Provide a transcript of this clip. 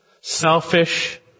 selfish